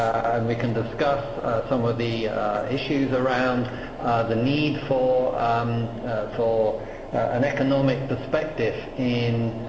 and we can discuss some of the issues around the need for um for an economic perspective in